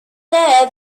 there